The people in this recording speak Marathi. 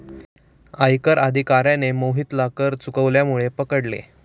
आयकर अधिकाऱ्याने मोहितला कर चुकवल्यामुळे पकडले